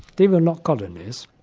they were not colonies,